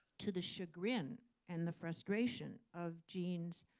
to the chagrin and the frustration of gene's